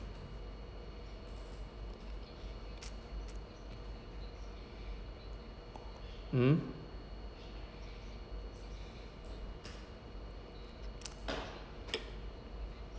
mm